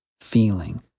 feeling